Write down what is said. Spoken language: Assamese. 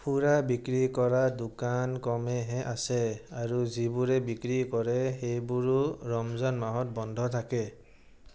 সুৰা বিক্ৰী কৰা দোকান কমেইহে আছে আৰু যিবোৰে বিক্ৰী কৰে সেইবোৰোঁ ৰমজান মাহত বন্ধ থাকে